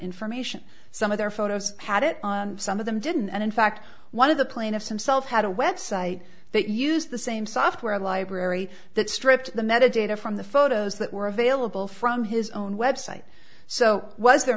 information some of their photos had it some of them didn't and in fact one of the plaintiffs himself had a web site that used the same software library that stripped the metal data from the photos that were available from his own website so w